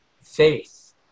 faith